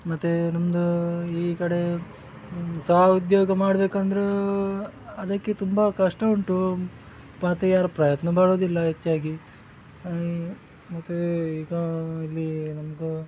ಮತ್ತೆ ನಮ್ಮದು ಈ ಕಡೆ ಸ್ವ ಉದ್ಯೋಗ ಮಾಡಬೇಕಂದ್ರು ಅದಕ್ಕೆ ತುಂಬ ಕಷ್ಟ ಉಂಟು ಯಾರು ಪ್ರಯತ್ನ ಪಡೋದಿಲ್ಲ ಹೆಚ್ಚಾಗಿ ಮತ್ತೆ ಈಗ ಇಲ್ಲಿ ನಮ್ಗೆ